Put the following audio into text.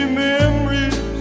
memories